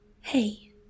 Hey